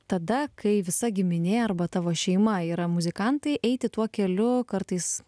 tada kai visa giminė arba tavo šeima yra muzikantai eiti tuo keliu kartais